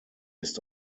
ist